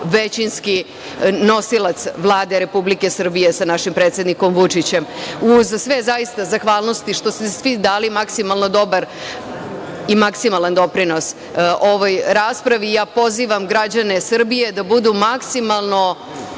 većinski nosilac Vlade Republike Srbije sa našim predsednikom Vučićem. Uz sve, zaista, zahvalnosti što ste svi dali maksimalno dobar i maksimalan doprinos ovoj raspravi, ja pozivam građane Srbije da budu maksimalno